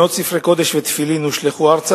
"מאות ספרי קודש ותפילין הושלכו ארצה